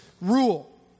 rule